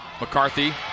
McCarthy